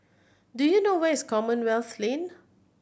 do you know where is Commonwealth Lane